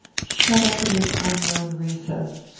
shut up in this unknown recess!